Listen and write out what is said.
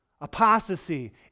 Apostasy